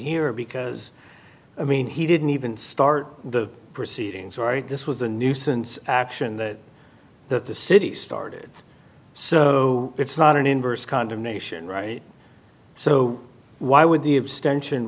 here because i mean he didn't even start the proceedings right this was a nuisance action that the city started so it's not an inverse condemnation right so why would the abstention